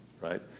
right